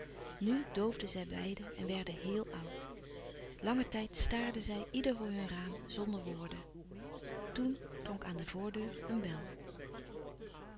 nu doofden zij beiden en werden héel oud langen tijd staarden zij ieder voor hun raam zonder woorden toen klonk aan de voordeur een bel